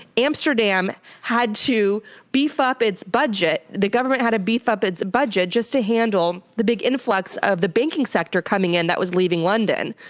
amsterdam had to beef up its budget. the government had to beef up its budget just to handle the big influx of the banking sector coming in that was leaving london.